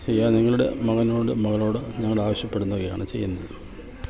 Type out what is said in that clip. ശരിയാണ് നിങ്ങളുടെ മകനോടും മകളോടും ഞങ്ങൾ ആവശ്യപ്പെടുകയാണ് ചെയ്യുന്നത്